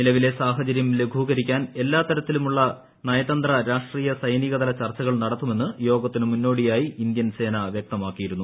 നിലവിലെ സാഹചര്യം ലഘൂകരിക്കാൻ എല്ലാ തരത്തിലുള്ള നയതന്ത്ര രാഷ്ട്രീയ സൈനികതല ചർച്ചകൾ നടത്തുമെന്ന് യോഗത്തിന് മുന്നോടിയായി ഇന്ത്യൻ സേന വൃക്തമാക്കിയിരുന്നു